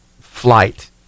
flight